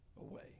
away